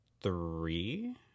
three